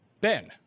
Ben